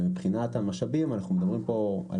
מבחינת משאבים אנחנו מדברים פה על